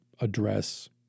address